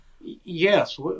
Yes